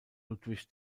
ludwig